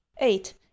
eight